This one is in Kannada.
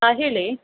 ಹಾಂ ಹೇಳಿ